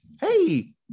hey